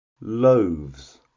loaves